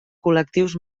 col·lectius